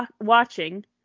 watching